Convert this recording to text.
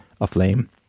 aflame